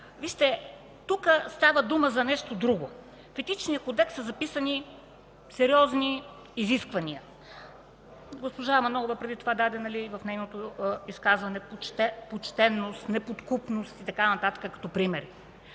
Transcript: вижте, тук става дума за нещо друго. В Етичния кодекс са записани сериозни изисквания. Госпожа Манолова преди това даде в нейното изказване почтеност, неподкупност и така нататък като примери.